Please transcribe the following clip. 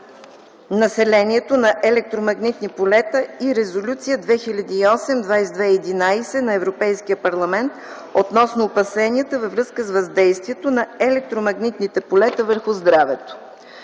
населението на електромагнитни полета и Резолюция 2008/2211 на Европейския парламент относно опасенията във връзка с въздействието на електромагнитните полета върху здравето.